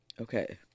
Okay